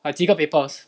like 几个 papers